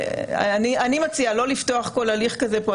אני מציעה לא לפתוח כל הליך כזה פה.